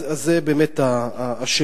אז זאת באמת השאלה,